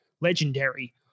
legendary